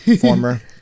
former